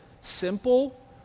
simple